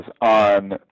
on